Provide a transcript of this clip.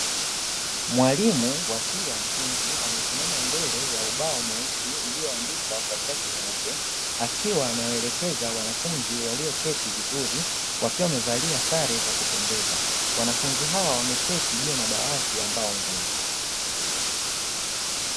Mwalimu wa shule ya msingi amesimama mbele ya ubao mweusi ulioandikwa kwa chaki nyeupe, akiwa anawaelekeza wanafunzi walioketi vizuri, wakiwa wamevalia sare za kupendeza. Wanafunzi hawa wameketi juu ya madawati ya mbao ngumu.